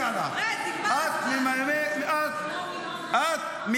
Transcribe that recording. בזכות שאת,